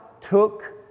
took